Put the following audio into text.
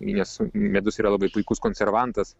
nes medus yra labai puikus konservantas